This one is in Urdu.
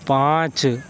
پانچ